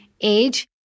age